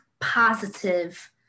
positive